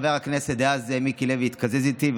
חבר הכנסת מיקי לוי התקזז איתי,